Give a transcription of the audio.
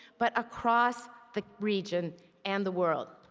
but across the region and the world.